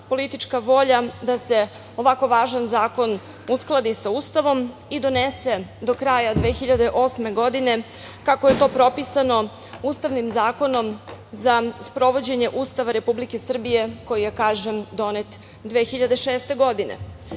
politička volja da se ovako važan zakon uskladi sa Ustavom i donese do kraja 2008. godine, kako je to propisano Ustavnim zakonom za sprovođenje Ustava Republike Srbije, koji je, kažem, donet 2006. godine. Sada,